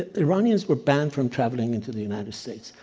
ah iranians were banned from traveling into the united states.